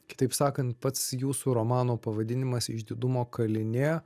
kitaip sakant pats jūsų romano pavadinimas išdidumo kalinė